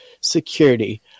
security